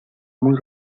muy